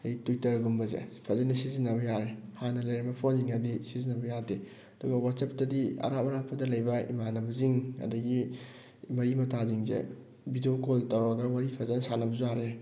ꯑꯗꯒꯤ ꯇ꯭ꯋꯤꯇꯔꯒꯨꯝꯕꯁꯦ ꯐꯖꯅ ꯁꯤꯖꯤꯟꯅꯕ ꯌꯥꯔꯦ ꯍꯥꯟꯅ ꯂꯩꯔꯝꯕ ꯐꯣꯟꯁꯤꯡꯗꯗꯤ ꯁꯤꯖꯤꯟꯅꯕ ꯌꯥꯗꯦ ꯑꯗꯨꯒ ꯋꯥꯠꯆꯞꯇꯗꯤ ꯑꯔꯥꯞ ꯑꯔꯥꯞꯄꯗ ꯂꯩꯕ ꯏꯃꯥꯟꯅꯕꯁꯤꯡ ꯑꯗꯒꯤ ꯃꯔꯤ ꯃꯇꯥꯁꯤꯡꯁꯦ ꯕꯤꯗꯤꯑꯣ ꯀꯣꯜ ꯇꯧꯔꯒ ꯋꯥꯔꯤ ꯐꯖꯅ ꯁꯥꯟꯅꯕꯁꯨ ꯌꯥꯔꯦ